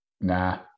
nah